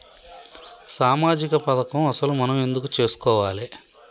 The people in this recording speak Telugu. సామాజిక పథకం అసలు మనం ఎందుకు చేస్కోవాలే?